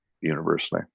university